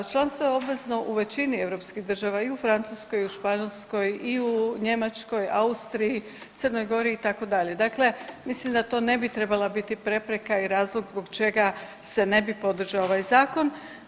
Članstvo je obvezno u većini europskih država i u Francuskoj i u Španjolskoj i u Njemačkoj, Austriji, Crnoj Gori itd., dakle mislim da to ne bi trebala biti prepreka i razlog zbog čega se ne bi podržao ovaj zakon.